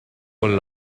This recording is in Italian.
con